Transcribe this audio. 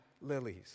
lilies